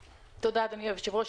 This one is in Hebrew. תודה, אדוני היושב-ראש.